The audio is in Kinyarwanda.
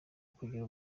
kugira